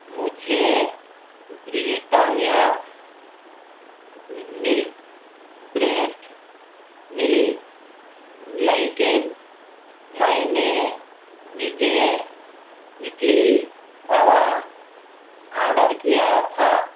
مجھے Britannia milk bread ملی لیکن میں نے وجے اٹلی روا آرڈر کیا تھا